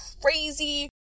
crazy